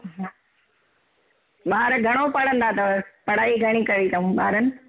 अं हा ॿार घणो पढ़दा अथव पढ़ाई घणी कई अथाऊं ॿारनि